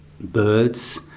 birds